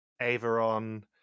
Averon